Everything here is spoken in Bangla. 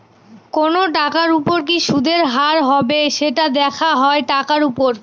কোনো টাকার উপর কি সুদের হার হবে, সেটা দেখা হয় টাকার উপর